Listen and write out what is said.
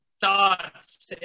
thoughts